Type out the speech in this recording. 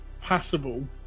passable